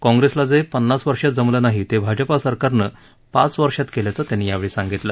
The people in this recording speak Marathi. काँप्रेसला जे पन्नास वर्षात जमलं नाही ते भाजप सरकारनं पाच वर्षात केल्याचं त्यांनी सांगितलं